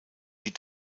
die